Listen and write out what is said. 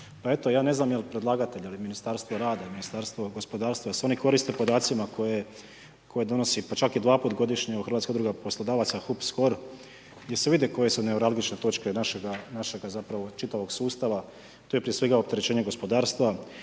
Pa evo, ja ne znam jel' predlagatelj jel' Ministarstvo rada, Ministarstvo gospodarstva jel' se oni koriste podacima koje donosi pa čak i dva puta godišnje Hrvatska udruga poslodavaca, HUP Skor gdje se vide koje su neuralgične točke našega zapravo čitavog sustava. To je prije svega opterećenje gospodarstva,